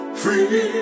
free